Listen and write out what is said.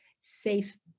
safe